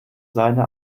seine